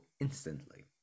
instantly